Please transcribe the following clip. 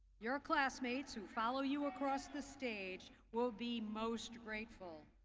your classmates who follow you across the stage will be most grateful.